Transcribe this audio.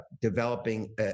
developing